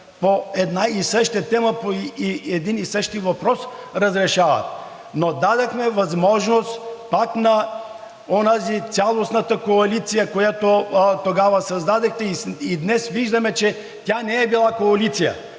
по една и съща тема, по един и същи въпрос разрешават. Но дадохме възможност пак на онази цялостната коалиция, която тогава създадохте и днес виждаме, че тя не е била коалиция,